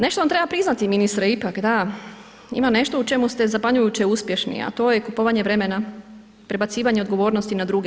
Nešto vam treba priznati ministre ipak, da, ima nešto u čemu ste zapanjujuće uspješni a to je kupovanje vremena, prebacivanje odgovornosti na druge.